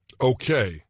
Okay